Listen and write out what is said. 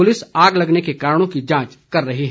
police आग लगने के कारणों की जांच कर रही है